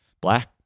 Black